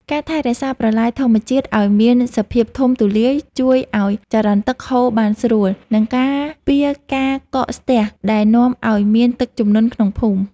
ការថែរក្សាប្រឡាយធម្មជាតិឱ្យមានសភាពធំទូលាយជួយឱ្យចរន្តទឹកហូរបានស្រួល និងការពារការកកស្ទះដែលនាំឱ្យមានទឹកជំនន់ក្នុងភូមិ។